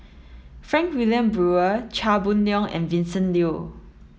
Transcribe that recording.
Frank Wilmin Brewer Chia Boon Leong and Vincent Leow